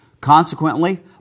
Consequently